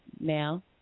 now